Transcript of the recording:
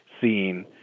seeing